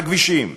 לכבישים.